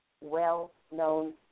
well-known